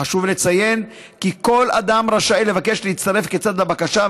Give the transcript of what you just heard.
חשוב לציין כי כל אדם רשאי לבקש להצטרף כצד לבקשה,